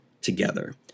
together